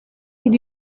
till